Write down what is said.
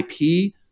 IP